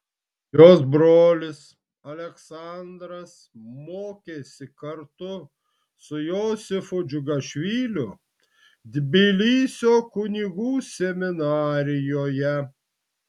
jos brolis aleksandras mokėsi kartu su josifu džiugašviliu tbilisio kunigų seminarijoje